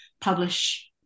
publish